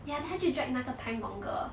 ya then 他就 drag 那个 time longer